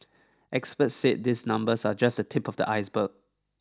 experts said these numbers are just the tip of the iceberg